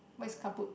where's car put